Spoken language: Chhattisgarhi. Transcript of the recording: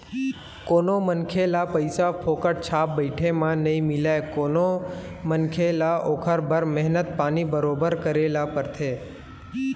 कोनो मनखे ल पइसा ह फोकट छाप बइठे म नइ मिलय कोनो मनखे ल ओखर बर मेहनत पानी बरोबर करे बर परथे